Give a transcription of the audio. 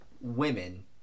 women